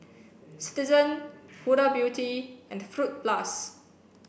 Citizen Huda Beauty and Fruit Plus